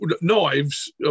Knives